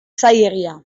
zailegia